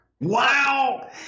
Wow